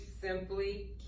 simply